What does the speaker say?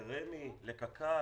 לרמ"י, לקק"ל,